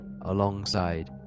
alongside